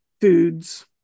foods